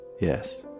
Yes